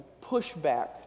pushback